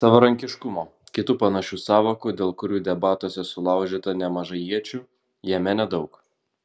savarankiškumo kitų panašių sąvokų dėl kurių debatuose sulaužyta nemažai iečių jame nedaug